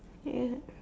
ya